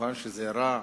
ומובן שזה רע,